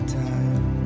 time